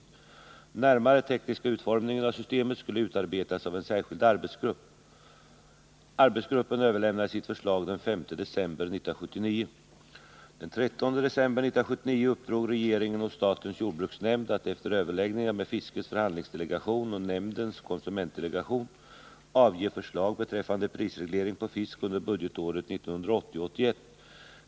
Den närmare tekniska utformningen av systemet skulle utarbetas av en särskild arbetsgrupp. Den 13 december 1979 uppdrog regeringen åt statens jordbruksnämnd att efter överläggningar med fiskets förhandlingsdelegation och nämndens konsumentdelegation avge förslag beträffande prisreglering på fisk under budgetåret 1980/81.